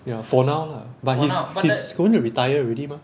ya for now lah but he's he's going to retire already mah